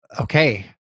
Okay